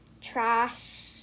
Trash